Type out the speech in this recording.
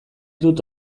dut